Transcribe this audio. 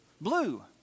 Blue